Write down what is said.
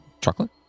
chocolate